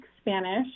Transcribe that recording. Spanish